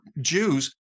Jews